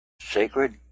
Sacred